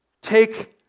take